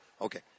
Okay